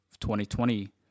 2020